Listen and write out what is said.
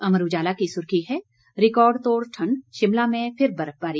अमर उजाला की सुर्खी है रिकॉर्डतोड़ ठंड शिमला में फिर बर्फबारी